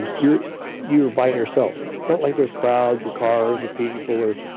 and you're you're by yourself so like there's crowds, or cars, or people, or,